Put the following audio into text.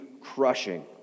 crushing